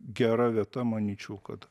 gera vieta manyčiau kad